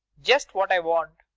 just what i want.